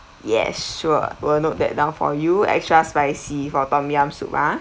yes sure will note that down for you extra spicy for tom yum soup ah